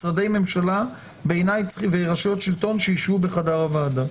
משרדי ממשלה ורשויות שלטון - שיישבו בחדר הוועדה.